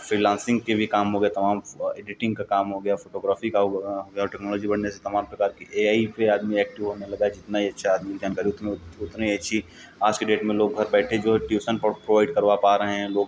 freelancing के भी काम हो गए तमाम एडीटिंग का काम हो गया फ़ोटोग्राफ़ी का हुआ हो गया और टेक्नोलॉजी बढ़ने से तमाम प्रकार की ए आई पे आदमी एक्टिव होने लगा है जितना ये इच्छा आदमी के अंदर है उतना उतने एची आज की डेट में लोग घर बैठे जो है ट्यूशन प्रोवाइड करवा पा रहे हैं लोग